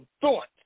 thoughts